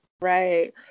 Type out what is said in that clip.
Right